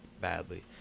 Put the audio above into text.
badly